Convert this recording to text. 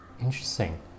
Interesting